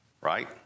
Right